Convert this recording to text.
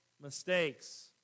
mistakes